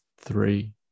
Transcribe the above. three